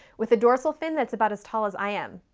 with a dorsal fin that's about as tall as i am.